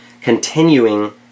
continuing